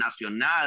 Nacional